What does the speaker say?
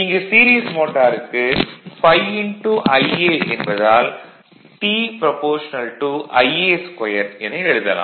இங்கு சீரிஸ் மோட்டாருக்கு ∅ Ia என்பதால் T Ia2 என எழுதலாம்